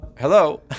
hello